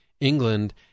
England